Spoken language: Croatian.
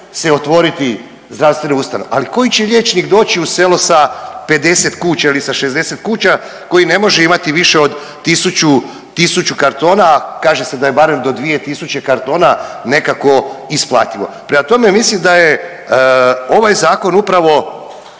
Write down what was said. se otvoriti zdravstvene ustanove, ali koji će liječnik doći u selo sa 50 kuća ili sa 60 kuća, koji ne može imati više od tisuću, tisuću kartona, a kaže se da je barem do dvije tisuće kartona nekako isplativo. Prema tome, mislim da je ovaj zakon upravo